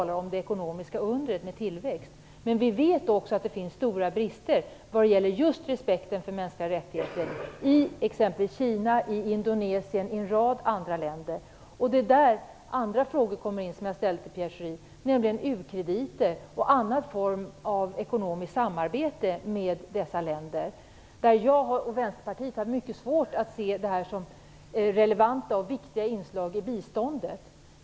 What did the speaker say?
Jag uppfattade det mycket väl. Men vi vet också att det finns stora brister när det gäller respekten för mänskliga rättigheter i t.ex. Kina, Indonesien och en rad andra länder. Det är där andra frågor som jag ställde till Pierre Schori kommer in. De handlar om u-krediter och andra former av ekonomiskt samarbete med dessa länder. Jag och Vänsterpartiet har mycket svårt att se detta som relevanta och viktiga inslag i biståndet.